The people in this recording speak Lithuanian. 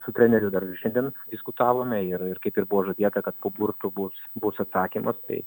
su treneriu dar šiandien diskutavome ir ir kaip ir buvo žadėta kad kad po burtų bus bus atsakymas tai